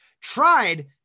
tried